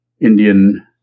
Indian